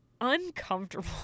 uncomfortable